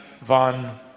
von